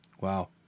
Wow